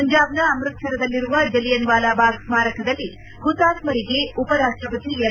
ಪಂಜಾಬ್ನ ಅಮೃತ್ಸರದಲ್ಲಿರುವ ಜಲಿಯನ್ ವಾಲಾಬಾಗ್ ಸ್ಮಾರಕದಲ್ಲಿ ಹುತಾತ್ಸರಿಗೆ ಉಪರಾಷ್ಟಪತಿ ಎಂ